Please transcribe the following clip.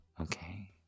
Okay